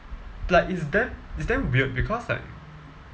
like it's damn it's damn weird because like